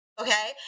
Okay